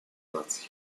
наций